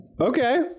Okay